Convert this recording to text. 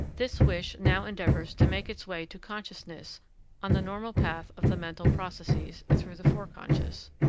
this wish now endeavors to make its way to consciousness on the normal path of the mental processes through the foreconscious,